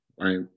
right